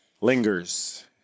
Lingers